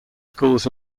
schools